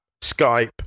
Skype